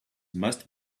must